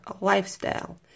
lifestyle